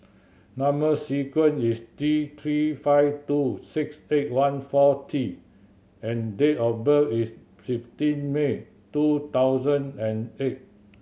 number sequence is T Three five two six eight one four T and date of birth is fifteen May two thousand and eight